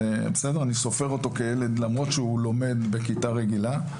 אני סופר אותו כילד למרות שהוא לומד בכיתה רגילה.